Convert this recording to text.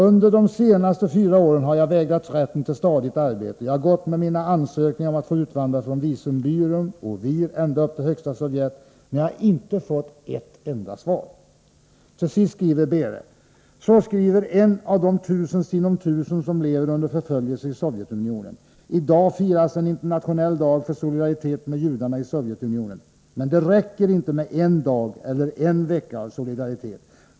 — Under de senaste fyra åren har jag vägrats rätten till ett stadigt arbete. Jag har gått med mina ansökningar om att få utvandra från visumbyrån OVIR ända upp till högsta Sovjet, men jag har inte fått ett enda svar.” Till sist skriver Behre: ”Så skriver en av de tusen sinom tusen som lever under förföljelser i Sovjetunionen. I dag firas en internationell dag för solidaritet med judarna i Sovjetunionen. Men det räcker inte med en dag eller en vecka av solidaritet.